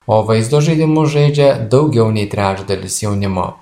o vaizdo žaidimus žaidžia daugiau nei trečdalis jaunimo